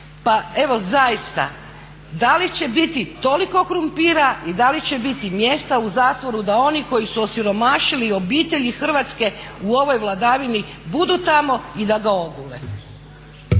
Pa evo zaista da li će biti toliko krumpira i da li će biti mjesta u zatvoru da oni koji su osiromašili obitelji hrvatske u ovoj vladavini budu tamo i da ogule?